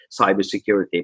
cybersecurity